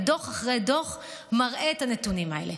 ודוח אחרי דוח מראה את הנתונים האלה.